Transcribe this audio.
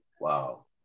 wow